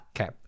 Okay